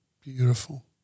beautiful